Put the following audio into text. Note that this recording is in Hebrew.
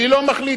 אני לא מחליט,